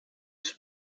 his